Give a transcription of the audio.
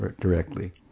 directly